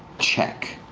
check.